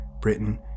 Britain